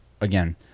again